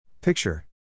Picture